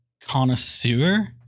connoisseur